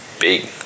big